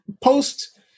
post